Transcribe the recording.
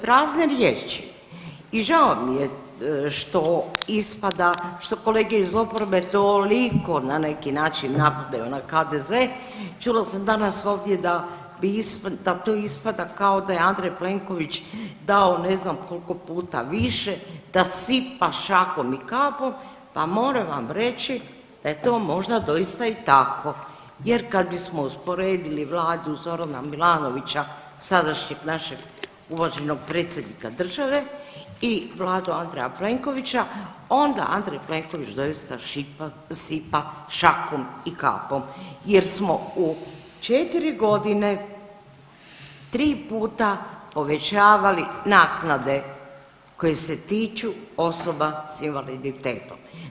Prazne riječi i žao mi je što ispada, što kolege iz oporbe toliko na neki način napadaju na HDZ, čula sam danas ovdje da to ispada kao da je Andrej Plenković dao ne znam koliko puta više, da sipa šakom i kapom, pa moram vam reći da je to možda doista i tako jer kad bismo usporedili Vladu Zorana Milanovića, sadašnjeg našeg uvaženog predsjednika države i Vladu Andreja Plenkovića, onda Andrej Plenković doista sipa šakom i kapom jer smo u 4 godine 3 puta povećavali naknade koje se tiču osoba s invaliditetom.